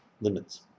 limits